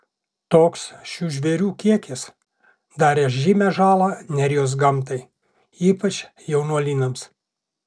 toks šių žvėrių kiekis darė žymią žalą nerijos gamtai ypač jaunuolynams